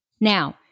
Now